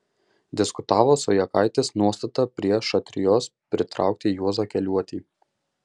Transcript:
diskutavo su jakaitės nuostata prie šatrijos pritraukti juozą keliuotį